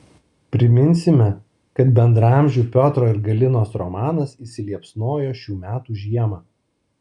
priminsime kad bendraamžių piotro ir galinos romanas įsiliepsnojo šių metų žiemą